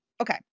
Okay